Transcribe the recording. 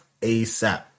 ASAP